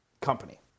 company